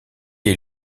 est